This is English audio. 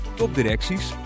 topdirecties